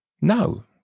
No